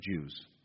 Jews